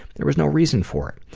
there was no reason for it.